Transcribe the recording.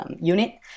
unit